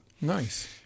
Nice